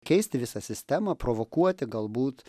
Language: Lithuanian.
keisti visą sistemą provokuoti galbūt